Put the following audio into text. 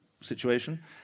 situation